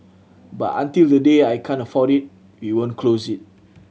but until the day I can't afford it we won't close it